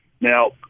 Now